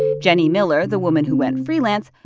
ah jennie miller, the woman who went freelance,